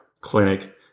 clinic